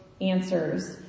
answers